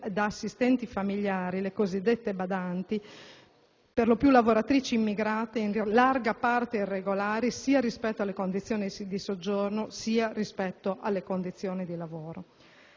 da assistenti familiari, le cosiddette badanti, per lo più lavoratrici immigrate in larga parte irregolari sia rispetto alla condizione di soggiorno che rispetto alla condizione di lavoro.